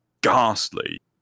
ghastly